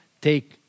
take